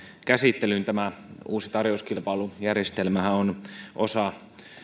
käsittelyyn tämä uusi tarjouskilpailujärjestelmähän on osa